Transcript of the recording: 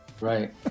Right